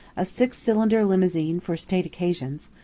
a six-cylinder limousine for state occasions,